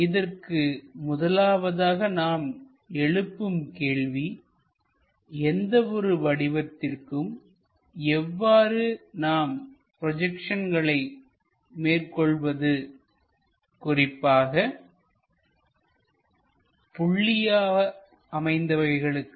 இதற்கு முதலாவதாக நாம் எழுப்பும் கேள்வி எந்தவொரு வடிவத்திற்கும் எவ்வாறு நாம் ப்ரொஜெக்ஷன்களை மேற்கொள்வது குறிப்பாக புள்ளியாக அமைந்தவைகளுக்கு